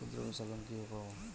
ক্ষুদ্রব্যাবসার লোন কিভাবে পাব?